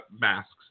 masks